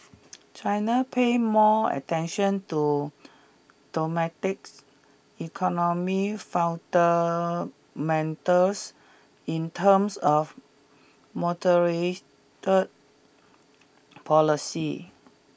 China pay more attention to domestic economy fundamentals in terms of moderated policy